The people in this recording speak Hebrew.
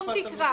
סכום תקרה.